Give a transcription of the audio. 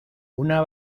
una